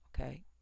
okay